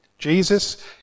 Jesus